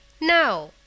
now